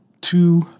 two